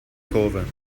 kurve